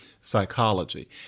psychology